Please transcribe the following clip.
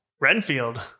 Renfield